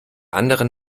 anderen